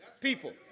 people